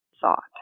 thought